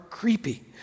Creepy